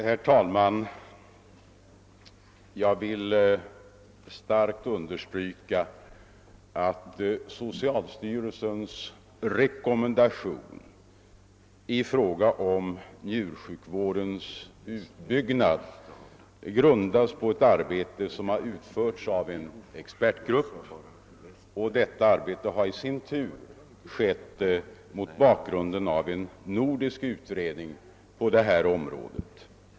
Herr talman! Jag vill starkt understryka att socialstyrelsens rekommendation i fråga om njursjukvårdens uppbyggnad grundas på ett arbete som utförts av en expertgrupp, och det arbetet har i sin tur skett mot bakgrunden av en nordisk utredning på detta område.